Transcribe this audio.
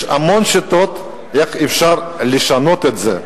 יש המון שיטות איך אפשר לשנות את זה.